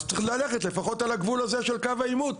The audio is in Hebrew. אז צריך ללכת לפחות על הגבול הזה של קו העימות.